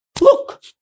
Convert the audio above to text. look